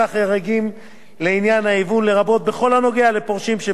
לרבות בכל הקשור לפורשים שפרשו בשנות האינפלציה הדוהרת.